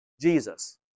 Jesus